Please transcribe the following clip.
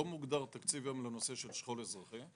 לא מוגדר תקציב לנושא של שכול אזרחי.